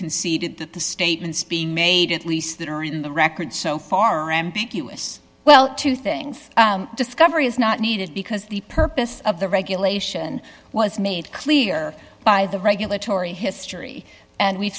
conceded that the statements being made at least that are in the record so far ambiguous well two things discovery is not needed because the purpose of the regulation was made clear by the regulatory history and we